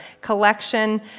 collection